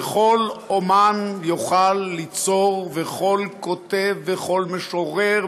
וכל אומן יוכל ליצור וכל כותב וכל משורר,